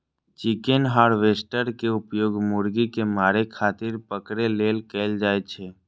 chicken harvester के उपयोग मुर्गी कें मारै खातिर पकड़ै लेल कैल जाइ छै